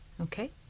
Okay